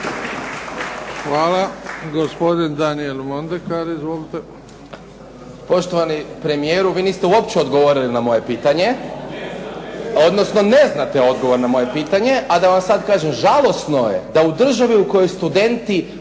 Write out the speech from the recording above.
Hvala. Gospodin Daniel Mondekar. Izvolite. **Mondekar, Daniel (SDP)** Poštovani premijeru, vi niste uopće odgovorili na moje pitanje, odnosno ne znate odgovor na moje pitanje, a da vam sad kažem, žalosno je da u državi u kojoj studenti